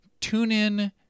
TuneIn